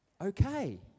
Okay